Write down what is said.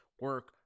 Work